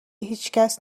هیچکس